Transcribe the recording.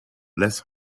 less